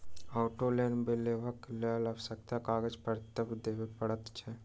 auto loan लेबाक लेल आवश्यक कागज पत्तर देबअ पड़ैत छै